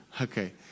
Okay